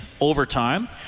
overtime